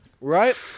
Right